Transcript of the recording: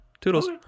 toodles